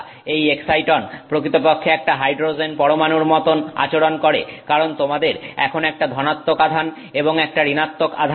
এই এক্সাইটন প্রকৃতপক্ষে একটা হাইড্রোজেন পরমাণুর মতন আচরন করে কারণ তোমাদের এখন একটা ধনাত্মক আধান এবং একটা ঋণাত্মক আধান আছে